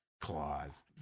claws